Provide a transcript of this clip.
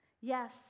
yes